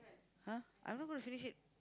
!huh! I'm not going to finish it